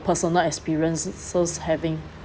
personal experiences having